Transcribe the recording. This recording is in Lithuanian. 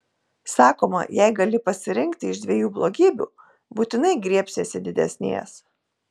sakoma jei gali pasirinkti iš dviejų blogybių būtinai griebsiesi didesnės